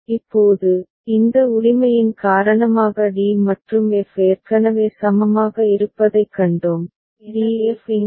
இப்போது இந்த உரிமையின் காரணமாக d மற்றும் f ஏற்கனவே சமமாக இருப்பதைக் கண்டோம் d f இங்கே தோன்றும் இங்கே தோன்றும்